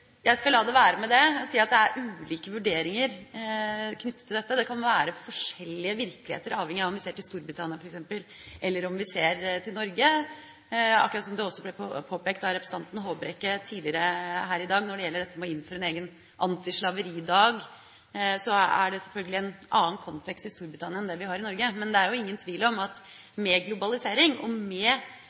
jeg tror jeg skal la det være med det og si at det er ulike vurderinger knyttet til dette. Det kan være forskjellige virkeligheter, avhengig av om vi ser til Storbritannia f.eks., eller om vi ser til Norge. Akkurat som det også ble påpekt av representanten Håbrekke tidligere her i dag når det gjelder dette med å innføre en egen antislaveridag, er det selvfølgelig en annen kontekst i Storbritannia enn det vi har i Norge. Men det er jo ingen tvil om at med globalisering og med